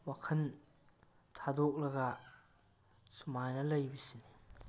ꯋꯥꯈꯜ ꯊꯥꯗꯣꯛꯂꯒ ꯁꯨꯃꯥꯏꯅ ꯂꯩꯕꯁꯤꯅꯤ